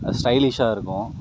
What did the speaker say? ஸ்டைலிஷாக இருக்கும்